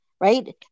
right